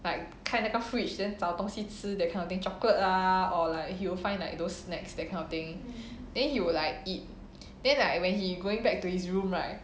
like 开那个 fridge 找东西吃 that kind of thing chocolate lah or like he'll find like those snacks that kind of thing then he will like eat then like when he going back to his room right